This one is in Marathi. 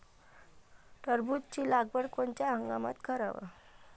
टरबूजाची लागवड कोनत्या हंगामात कराव?